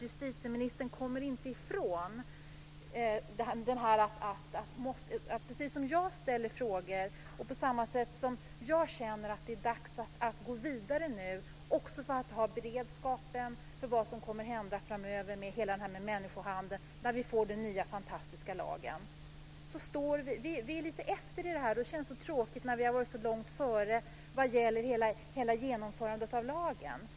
Justitieministern kommer inte ifrån att, precis som jag ställer frågor och känner att det är dags att gå vidare, ha beredskapen för vad som kommer att hända framöver med människohandeln när vi får den nya fantastiska lagen. Vi är lite efter. Det känns så tråkigt när vi har varit långt före vad gäller genomförandet av lagen.